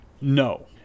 no